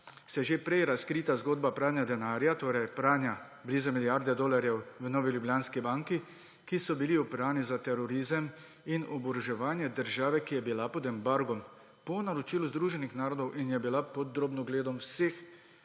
se že prej razkrita zgodba pranja denarja, torej pranja blizu milijarde dolarjev v Novi Ljubljanski banki, ki je bil opran za terorizem in oboroževanje države, ki je bila pod embargom po naročilu Združenih narodov in je bila pod drobnogledom vseh